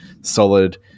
solid